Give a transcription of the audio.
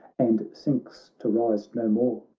and sinks to rise no more.